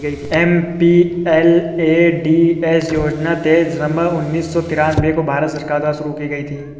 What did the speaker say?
MPLADS योजना तेईस दिसंबर उन्नीस सौ तिरानवे को भारत सरकार द्वारा शुरू की गयी थी